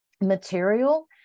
material